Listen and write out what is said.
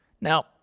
Now